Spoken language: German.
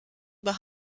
über